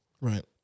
Right